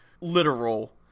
literal